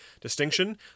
distinction